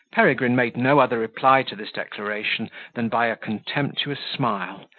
peregrine made no other reply to this declaration than by a contemptuous smile,